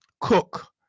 cook